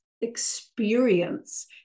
experience